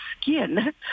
skin